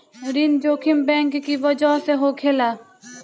ऋण जोखिम बैंक की बजह से होखेला